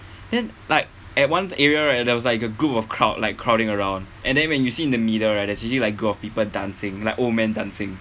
then like at one area right there was like a group of crowd like crowding around and then when you see in the middle right there's usually like group of people dancing like old man dancing